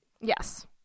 Yes